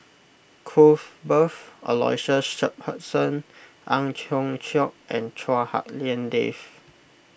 Cuthbert Aloysius Shepherdson Ang Hiong Chiok and Chua Hak Lien Dave